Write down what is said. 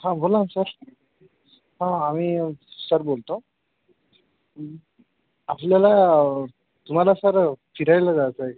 हां बोला ना सर हां आम्ही सर बोलतो आपल्याला तुम्हाला सर फिरायला जायचं आहे का